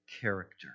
character